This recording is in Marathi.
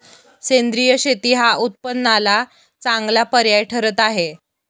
सेंद्रिय शेती हा उत्पन्नाला चांगला पर्याय ठरत आहे